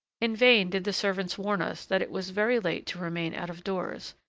in vain did the servants warn us that it was very late to remain out-of-doors,